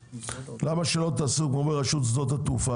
למה שלא תעשו כמו ברשות שדות התעופה